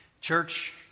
Church